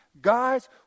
guys